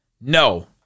No